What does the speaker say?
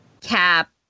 Cap